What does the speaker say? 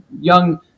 young